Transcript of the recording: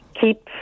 keep